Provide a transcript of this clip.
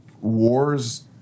wars